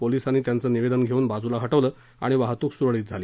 पोलिसांनी त्यांचं निवदेन घेऊन बाजूला हटवलं आणि वाहतूक सुरळीत झाली